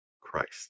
Christ